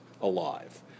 alive